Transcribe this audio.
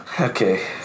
Okay